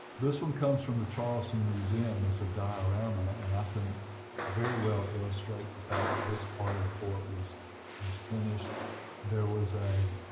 this one comes from the charleston museum. it's a diorama and i think very well illustrates the fact that this part of the fort was was finished there was a